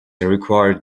required